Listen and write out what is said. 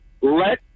Let